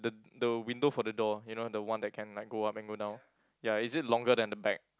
the the window for the door you know the one that one like go up and go down ya is it longer than the bag